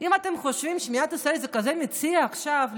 אם אתם חושבים שמדינת ישראל זו כזו מציאה עכשיו,